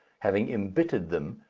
having embittered them,